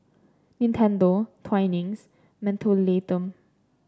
Nintendo Twinings Mentholatum